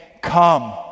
Come